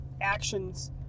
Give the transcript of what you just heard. actions